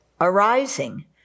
arising